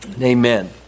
amen